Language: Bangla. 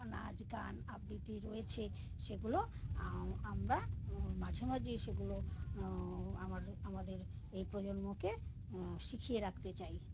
নাচ গান আবৃত্তি রয়েছে সেগুলো আমরা মাঝে মাঝেই সেগুলো আমার আমাদের এই প্রজন্মকে শিখিয়ে রাখতে চাই